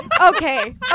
okay